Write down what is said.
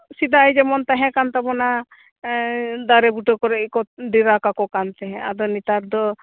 ᱥᱮᱫᱟᱭ ᱡᱮᱢᱚᱱ ᱛᱟᱦᱮᱸ ᱠᱟᱱ ᱛᱟᱵᱚᱱᱟ ᱫᱟᱨᱮ ᱵᱩᱴᱟᱹ ᱠᱚᱨᱮᱜ ᱜᱮᱠᱚ ᱰᱮᱨᱟ ᱠᱟᱠᱚ ᱠᱟᱱ ᱛᱟᱦᱮᱸᱜ ᱟᱫᱚ ᱱᱮᱛᱟᱨ ᱫᱚ